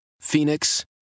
Phoenix